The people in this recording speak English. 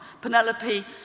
Penelope